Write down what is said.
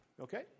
Okay